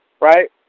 right